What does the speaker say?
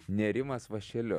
nerimas vąšeliu